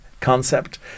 concept